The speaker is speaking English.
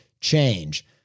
change